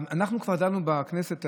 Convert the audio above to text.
אנחנו כבר דנו בכנסת,